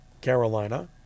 Carolina